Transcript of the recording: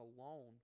alone